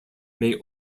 may